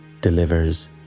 delivers